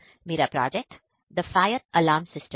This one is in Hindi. मेरा project the fire alarm system है